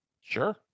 Sure